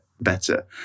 Better